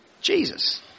Jesus